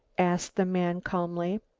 asked the man calmly.